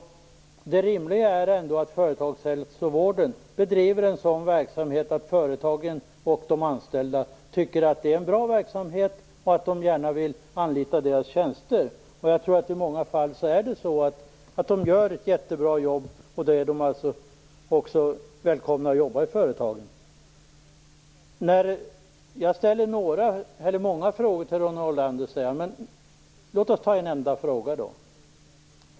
Det rimliga är ändå att företagshälsovården bedriver en sådan verksamhet att företagen och de anställda tycker att det är en bra verksamhet och att de gärna vill anlita deras tjänster. Jag tror att de i många fall gör ett jättebra jobb, och då är de också välkomna att jobba i företagen. Ronny Olander säger att jag ställer många frågor till honom. Låt oss då ta en enda fråga.